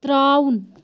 ترٛاوُن